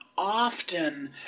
Often